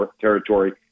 territory